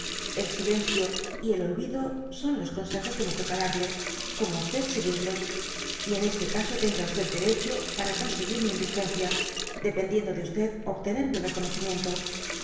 el silencio y el olvido son los consejos que me toca darle como á seguirlos y en ese caso tendrá derecho para conseguir mi indulgencia dependiendo de obtener mi reconocimient